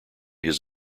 his